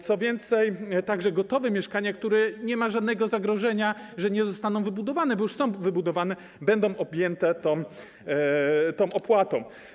Co więcej, także gotowe mieszkania, w przypadku których nie ma żadnego zagrożenia, że nie zostaną wybudowane, bo już są wybudowane, będą objęte tą opłatą.